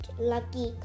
lucky